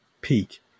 peak